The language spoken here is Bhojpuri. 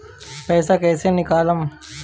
पैसा कैसे निकालम?